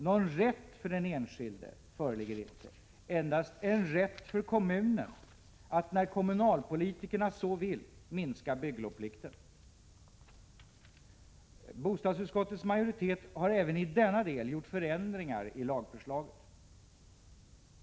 Någon rätt för den enskilde föreligger inte — endast en rätt för kommunen att, när kommunalpolitikerna så vill, minska bygglovsplikten. Bostadsutskottets majoritet har även i denna del gjort förändringar i lagförslaget.